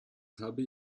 habe